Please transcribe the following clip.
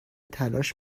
تلاش